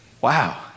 wow